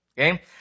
Okay